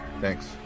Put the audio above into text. Thanks